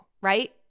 right